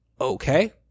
Okay